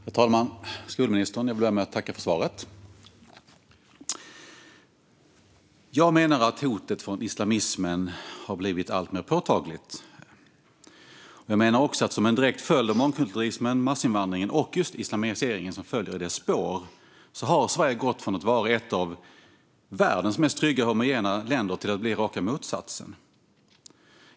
Herr talman! Jag vill börja med att tacka skolministern för svaret. Jag menar att hotet från islamismen blivit alltmer påtagligt. Jag menar också att Sverige, som en direkt följd av mångkulturalismen, massinvandringen och islamiseringen som följer i dess spår, på några få årtionden har gått från att vara ett av världens mest trygga och homogena länder till att bli raka motsatsen.